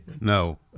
No